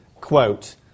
quote